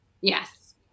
Yes